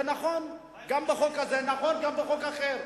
זה נכון גם בחוק הזה ונכון גם בחוק אחר.